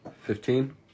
Fifteen